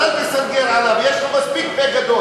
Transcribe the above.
אז אל תסנגר עליו, יש לו מספיק פה גדול.